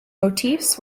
motifs